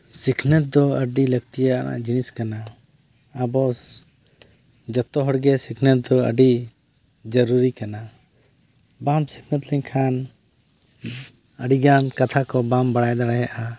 ᱥᱤᱠᱷᱱᱟᱹᱛ ᱫᱚ ᱟᱹᱰᱤ ᱞᱟᱹᱠᱛᱤᱭᱟᱱᱟ ᱡᱤᱱᱤᱥ ᱠᱟᱱᱟ ᱟᱵᱚ ᱡᱚᱛᱚᱦᱚᱲᱜᱮ ᱥᱤᱠᱷᱱᱟᱹᱛ ᱫᱚ ᱟᱹᱰᱤ ᱡᱚᱨᱩᱨᱤᱠᱟᱱᱟ ᱵᱟᱢ ᱥᱤᱠᱷᱱᱟᱹᱛ ᱞᱮᱱᱠᱷᱟᱱ ᱟᱹᱰᱤᱜᱟᱱ ᱠᱟᱛᱷᱟ ᱠᱚ ᱵᱟᱢ ᱵᱟᱲᱟᱭ ᱫᱟᱲᱮᱭᱟᱜᱼᱟ